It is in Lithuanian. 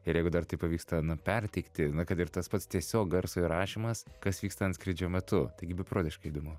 ir jeigu dar tai pavyksta na perteikti na kad ir tas pats tiesiog garso įrašymas kas vyksta antskrydžio metu taigi beprotiškai įdomu